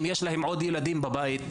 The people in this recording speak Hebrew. אם יש להם עוד ילדים בבית,